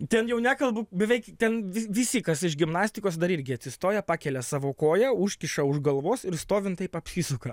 ten jau nekalbu beveik ten visi kas iš gimnastikos dar irgi atsistoja pakelia savo koją užkiša už galvos ir stovint taip apsisuka